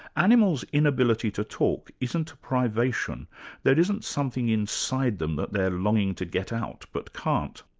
animals' inability to talk isn't a privation there isn't something inside them that they're longing to get out, but can't.